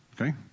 Okay